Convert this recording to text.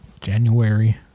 January